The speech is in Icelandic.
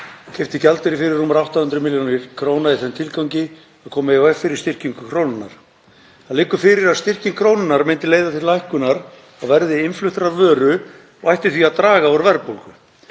keypti gjaldeyri fyrir rúmar 800 millj. kr. í þeim tilgangi að koma í veg fyrir styrkingu krónunnar. Það liggur fyrir að styrking krónunnar myndi leiða til lækkunar á verði innfluttrar vöru og ætti því að draga úr verðbólgu.